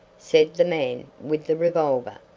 said the man with the revolver.